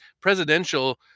presidential